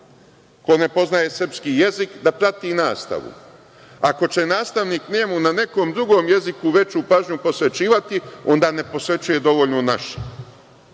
ko ne poznaje srpski jezik, da prati nastavu. Ako će nastavnik njemu na nekom drugom jeziku veću pažnju posvećivati, onda ne posvećuje dovoljno našem,